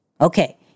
Okay